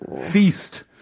Feast